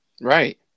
Right